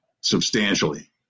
substantially